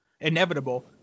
inevitable